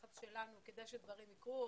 לחץ שלנו כדי שהדברים יקרו.